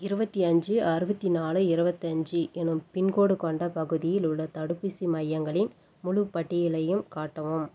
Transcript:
இருபத்தி அஞ்சு அறுபத்தி நாலு இருபத்தஞ்சு எனும் பின்கோடு கொண்ட பகுதியில் உள்ள தடுப்பூசி மையங்களின் முழுப் பட்டியலையும் காட்டவும்